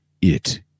It